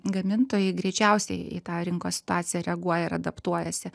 gamintojai greičiausiai į tą rinkos situaciją reaguoja ir adaptuojasi